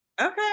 Okay